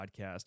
podcast